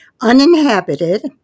uninhabited